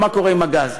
לא יהיה גז.